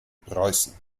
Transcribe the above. preußen